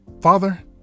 Father